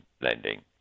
lending